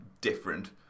different